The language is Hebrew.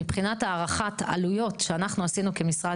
מבחינת הערכת עלויות שאנחנו עשינו כמשרד,